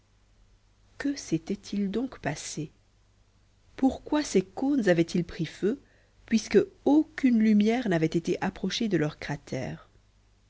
que s'était-il donc passé pourquoi ces cônes avaient-ils pris feu puisque aucune lumière n'avait été approchée de leur cratère